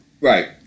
Right